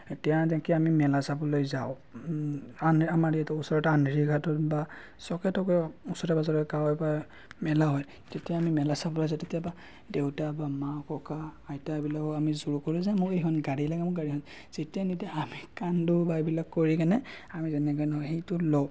এতিয়া এনেকে আমি মেলা চাবলৈ যাওঁ আমাৰ আমাৰ ইয়াতো ওচৰত আন্ধেৰিঘাটত বা চক এটুকুৰাৰ ওচৰে পাজৰে গাঁৱে গাঁৱে মেলা হয় তেতিয়া আমি মেলা চাবলৈ যাওঁ কেতিয়াবা দেউতা বা মা ককা আইতা এইবিলাকক আমি জোৰ কৰোঁ যে মোক এখন গাড়ী লাগে মোক গাড়ীখন যেতিয়াই তেতিয়াই আমি কান্দো বা এইবিলাক কৰি কেনে আমি যেনেকৈ নহওক সেইটো লওঁ